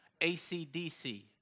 ACDC